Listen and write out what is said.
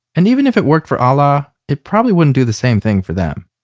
and even if it worked for alaa, it probably wouldn't do the same thing for them.